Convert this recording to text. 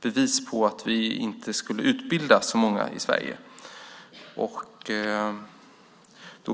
bevis på att vi inte skulle utbilda så många i Sverige.